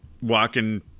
Walking